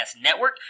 Network